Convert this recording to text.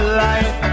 light